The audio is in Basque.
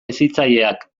hezitzaileak